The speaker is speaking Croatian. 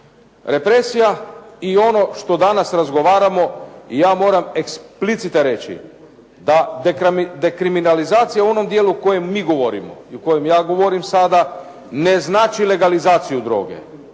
represija i ono što danas razgovaramo, ja moram explicite reći da dekriminalizacija u onom dijelu o kojem mi govorimo i o kojem ja govorim sada ne znači legalizaciju droge